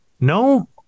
No